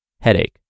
Headache